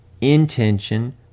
intention